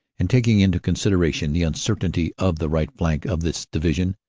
and taking into considera tion the uncertainty of the right flank of this division,